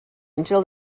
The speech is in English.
until